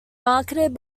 marketed